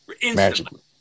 Instantly